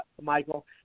Michael